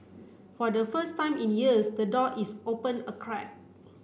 for the first time in years the door is open a crack